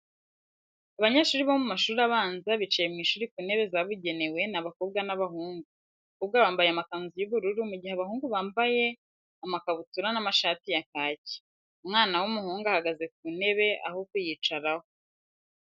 Abanyeshuri bo mu mashuri abanza bicaye mu ishuri ku ntebe zabugenewe, ni abakobwa n'abahungu. Abakobwa bambaye amakanzu y'ubururu mu gihe abahungu bambaye bambaye amakabutura n'amashati ya kaki. Umwana umwr w'umuhungu ahagaze ku ntebe aho kuyicararaho.